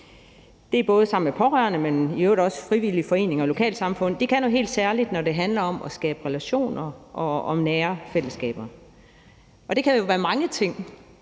det er både pårørende, men i øvrigt også frivillige foreninger og lokalsamfund. Det kan noget helt særligt, når det handler om at skabe relationer og nære fællesskaber, og det kan jo være mange ting.